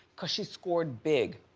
cause she scored big,